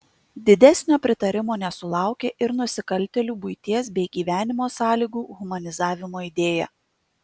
didesnio pritarimo nesulaukė ir nusikaltėlių buities bei gyvenimo sąlygų humanizavimo idėja